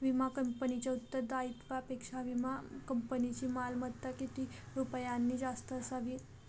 विमा कंपनीच्या उत्तरदायित्वापेक्षा विमा कंपनीची मालमत्ता किती रुपयांनी जास्त असावी?